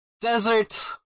desert